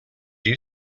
you